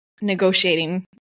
negotiating